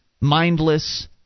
mindless